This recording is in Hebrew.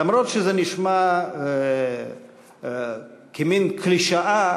למרות שזה נשמע כמין קלישאה,